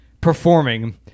performing